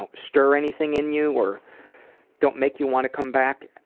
um stir anything in you or don't make you want to come back,